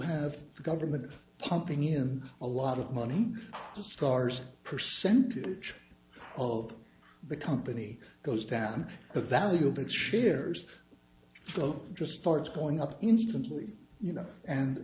have the government pumping him a lot of money stars percentage of the company goes down the value of its shares float just starts going up instantly you know and